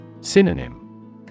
Synonym